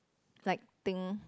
lighting